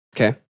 Okay